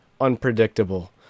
unpredictable